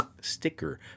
sticker